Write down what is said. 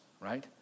right